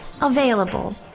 Available